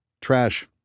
Trash